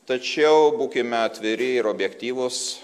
tačiau būkime atviri ir objektyvūs